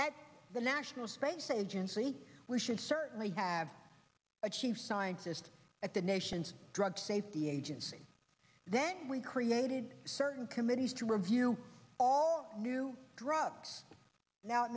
at the national space agency we should certainly have a chief scientist at the nation's drug safety agency then we created certain committees to review all new drugs now